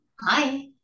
Hi